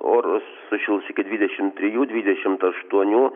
oras sušils iki dvidešimt trijų dvidešimt aštuonių